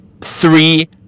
three